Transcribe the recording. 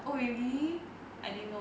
really I didn't know